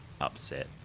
upset